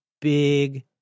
big